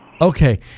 Okay